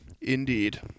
indeed